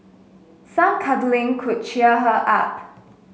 some cuddling could cheer her up